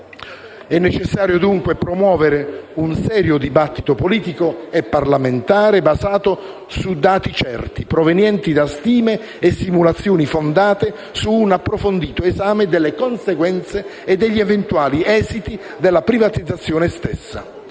È necessario, dunque, promuovere un serio dibattito politico e parlamentare, basato su dati certi, provenienti da stime e simulazioni fondate su un approfondito esame delle conseguenze e degli eventuali esiti della privatizzazione stessa,